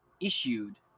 issued